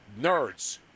nerds